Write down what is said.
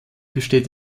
besteht